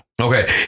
okay